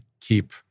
keep